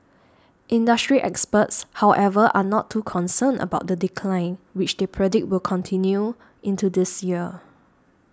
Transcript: industry experts however are not too concerned about the decline which they predict will continue into this year